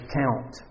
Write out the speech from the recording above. count